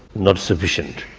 not sufficient.